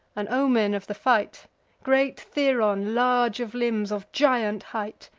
an omen of the fight great theron, large of limbs, of giant height.